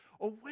away